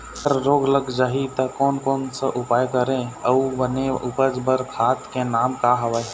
अगर रोग लग जाही ता कोन कौन सा उपाय करें अउ बने उपज बार खाद के नाम का हवे?